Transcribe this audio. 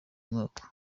mwaka